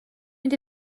mynd